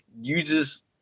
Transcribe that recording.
uses